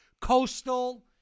Coastal